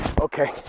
Okay